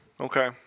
Okay